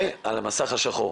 ולגבי המסך השחור,